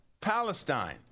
Palestine